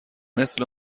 مثل